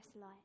light